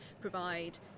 provide